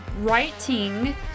writing